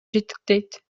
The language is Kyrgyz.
жетектейт